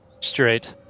straight